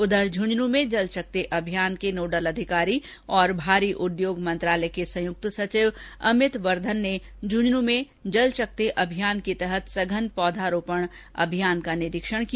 उधर झुंझुनू में जल शक्ति अभियान के नोडल अधिकारी और भारी उद्योग मंत्रालय के संयुक्त सचिव अमित वर्धन ने झूंझनू में जलशक्ति अभियान के तहत सघन पौधारोपण अभियान का निरीक्षण किया